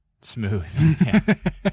Smooth